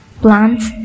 plants